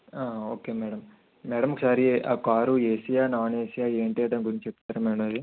ఒకే madam madam ఒకసారి ఆ car Asia non Asia ఏంటి అది దాని గురించి చెప్తారా మేడం అది